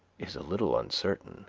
is a little uncertain